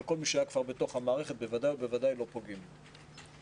אבל כל מי שכבר היה בתוך המערכת בוודאי ובוודאי לא פוגעים בו.